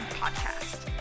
Podcast